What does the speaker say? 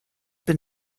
been